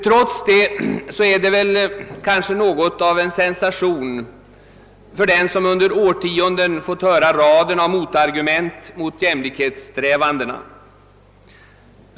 Trots detta är det kanske något av en sensation för den som under årtionden fått höra raden av motargument mot jämlikhetssträvandena.